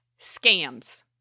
scams